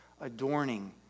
adorning